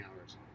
hours